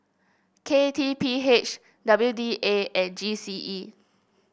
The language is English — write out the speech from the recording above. K T P H W D A and G C E